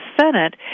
Senate